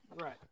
Right